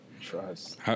Trust